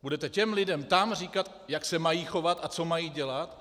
Budete těm lidem tam říkat, jak se mají chovat a co mají dělat.